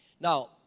Now